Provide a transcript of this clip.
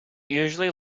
usually